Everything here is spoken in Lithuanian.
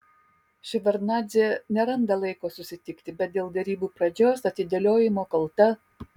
ševardnadzė neranda laiko susitikti bet dėl derybų pradžios atidėliojimo kalta